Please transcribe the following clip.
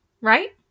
right